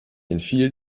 entfiel